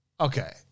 Okay